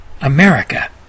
America